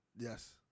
Yes